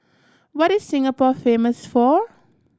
what is Singapore famous for